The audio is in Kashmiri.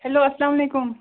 ہٮ۪لو اَسلامُ علیکُم